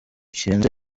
kirenze